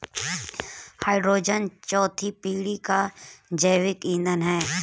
hydrogen चौथी पीढ़ी का जैविक ईंधन है